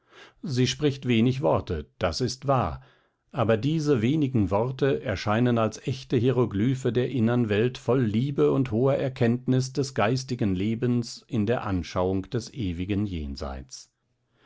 sie spricht wenig worte das ist wahr aber diese wenigen worte erscheinen als echte hieroglyphe der innern welt voll liebe und hoher erkenntnis des geistigen lebens in der anschauung des ewigen jenseits